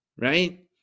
right